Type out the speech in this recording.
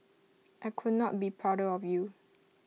I could not be prouder of you